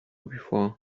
before